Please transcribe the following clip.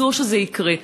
אסור שזה יקרה.